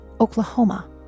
Oklahoma